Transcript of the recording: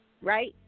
right